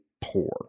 poor